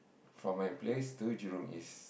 from my place to Jurong-East